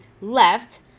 left